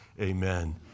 amen